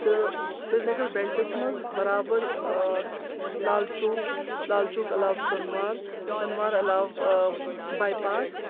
تہٕ سرینگر بیلٹَس منٛز برابر لال چوک لالچوک علاوٕ سۄنوار سۄنوار علاوٕ باے پاس